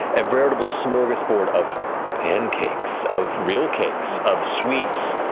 a veritable smorgasbord of pancakes, of real cakes, of sweets,